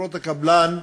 חברות הקבלן,